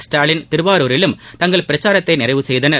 ஸ்டாலின் திருவாரூரிலும் தங்கள் பிரச்சாரத்தை முடித்தனர்